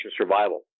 survival